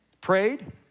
prayed